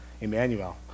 Emmanuel